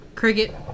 Cricket